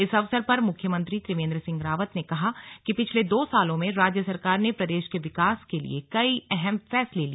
इस अवसर पर मुख्यमंत्री त्रिवेन्द्र सिंह रावत ने कहा कि पिछले दो वर्षो में राज्य सरकार ने प्रदेश के विकास के लिए कई अहम फैसले लिए